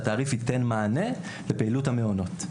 שהתעריף ייתן מענה לפעילות המעונות.